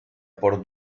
por